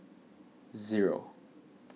zero